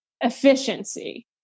efficiency